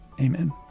Amen